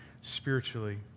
spiritually